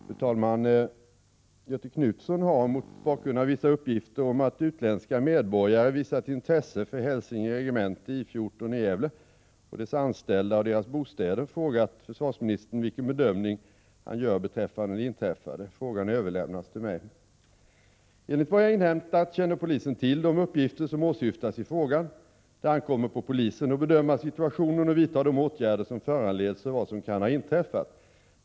Fru talman! Göthe Knutson har — mot bakgrund av vissa uppgifter om att utländska medborgare visat intresse för Hälsinge regemente, I 14, i Gävle och dess anställda och deras bostäder — frågat försvarsministern vilken bedömning han gör beträffande det inträffande. Frågan har överlämnats till mig. Enligt vad jag har inhämtat känner polisen till de uppgifter som åsyftas i frågan. Det ankommer på polisen att bedöma situationen och vidta de åtgärder som föranleds av vad som kan ha inträffat.